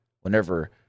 whenever